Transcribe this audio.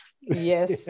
Yes